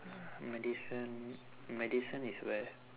medicine medicine is where